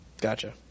Gotcha